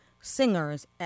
singers